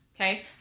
okay